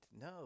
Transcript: No